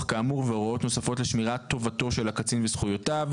כאמור והוראות נוספות לשמירת טובתו של הקטין וזכויותיו,